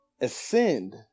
ascend